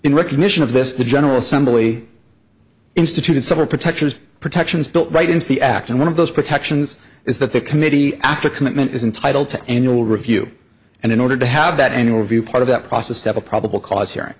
in recognition of this the general assembly instituted several protections protections built right into the act and one of those protections is that the committee after commitment is entitled to a new will review and in order to have that interview part of that process have a probable cause he